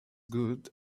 good